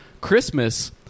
Christmas